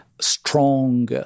strong